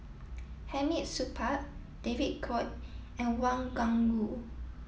Hamid Supaat David Kwo and Wang Gungwu